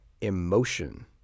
emotion